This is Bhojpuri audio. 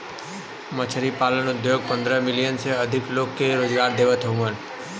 मछरी पालन उद्योग पंद्रह मिलियन से अधिक लोग के रोजगार देवत हउवन